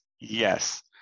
yes